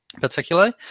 particularly